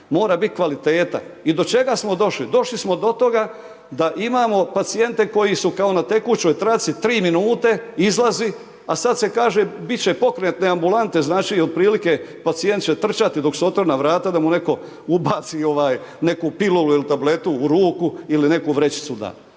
mora biti kvaliteta. I do čega smo došli? Došli smo do toga da imamo pacijente koji su kao na tekućoj traci 3 minute izlazi, a sad se kaže bit će pokretne ambulante, znači otprilike pacijent će trčati dok su otvorena vrata da mu netko ubaci tabletu u ruku ili neku vrećicu da.